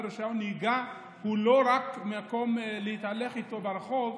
ורישיון נהיגה הוא לא רק דבר להתהלך איתו ברחוב,